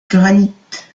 granit